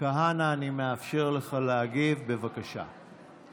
כהנא אני מאפשר לך להגיב, בבקשה.